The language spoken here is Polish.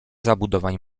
zabudowań